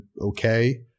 okay